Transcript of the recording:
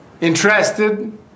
Interested